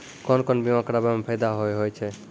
कोन कोन बीमा कराबै मे फायदा होय होय छै?